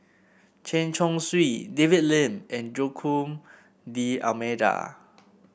Chen Chong Swee David Lee and Joaquim D'Almeida